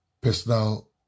personal